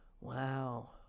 Wow